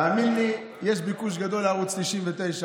תאמין לי, יש ביקוש גדול לערוץ 99,